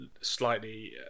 slightly